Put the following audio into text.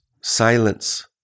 silence